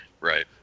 Right